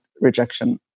rejection